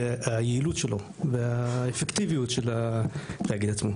היעילות שלו והאפקטיביות של התאגיד עצמו.